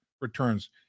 returns